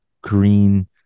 green